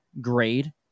grade